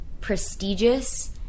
prestigious